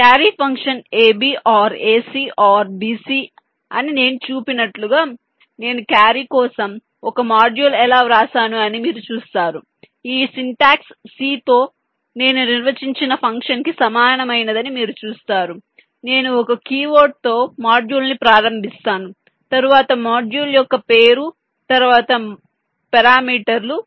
carry function AB OR AC OR BC అని నేను చెప్పినట్లుగా నేను క్యారీ కోసం ఒక మాడ్యూల్ ఎలా వ్రాసాను అని మీరు చూస్తారు ఈ సింటాక్స్ c తో నేను నిర్వచించిన ఫంక్షన్ కి సమానమైనదని మీరు చూస్తారు నేను ఒక కీవర్డ్ తో మాడ్యూల్ ను ప్రారంభిస్తాను తరువాత మాడ్యూల్ యొక్క పేరు తరువాత పారామీటర్ లు